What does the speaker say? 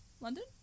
London